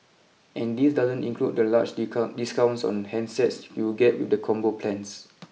and this doesn't include the large discounts on handsets you get with the Combo plans